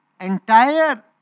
entire